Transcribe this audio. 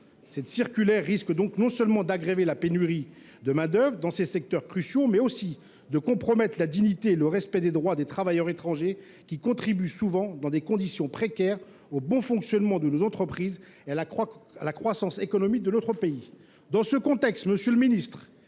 Ladite circulaire risque non seulement d’aggraver la pénurie de main d’œuvre dans ces secteurs cruciaux, mais aussi de compromettre le respect de la dignité et des droits des travailleurs étrangers qui contribuent, souvent dans des conditions précaires, au bon fonctionnement de nos entreprises et à la croissance économique du pays. Dans ce contexte, monsieur le ministre,